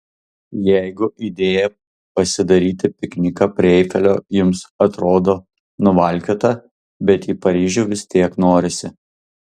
jeigu idėja pasidaryti pikniką prie eifelio jums atrodo nuvalkiota bet į paryžių vis tiek norisi